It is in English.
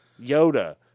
Yoda